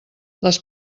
les